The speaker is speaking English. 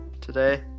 today